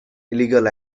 illegal